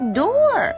door